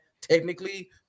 technically